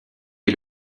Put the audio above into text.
est